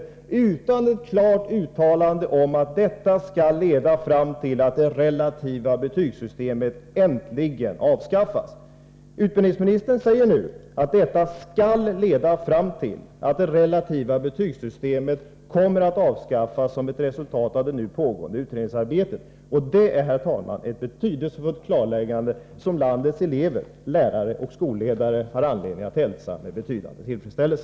Man gör inte något klart uttalande om att detta skall leda fram till att det relativa betygssystemet äntligen skulle avskaffas. Utbildningsministern säger i dag att det relativa betygssystemet, som ett resultat av den pågående utredningens arbete, kommer att avskaffas. Det, herr talman, är ett betydelsefullt klarläggande som landets elever, lärare och skolledare har anledning att hälsa med betydande tillfredsställelse.